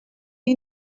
این